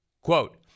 Quote